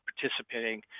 participating